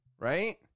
right